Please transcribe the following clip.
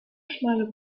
schmale